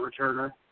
returner